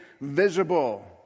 visible